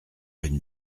une